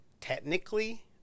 technically